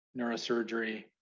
neurosurgery